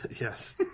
Yes